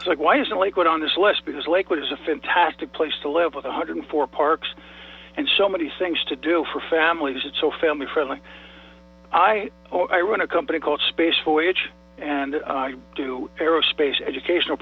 really like why isn't lakewood on this list because lakewood is a fantastic place to live with one hundred and four parks and so many things to do for families it's so family friendly i run a company called space voyage and i do aerospace educational